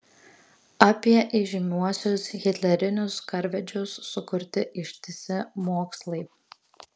apie įžymiuosius hitlerinius karvedžius sukurti ištisi mokslai